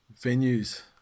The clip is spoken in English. venues